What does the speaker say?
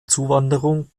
zuwanderung